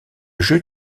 jeu